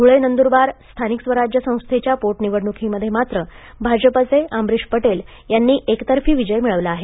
धुळे नंदुरबार स्थानिक स्वराज संस्थेच्या पोटनिवडणुकीमध्ये मात्र भाजपाचे अमरीश पटेल यांनी एकतर्फी विजय मिळवला आहे